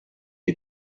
you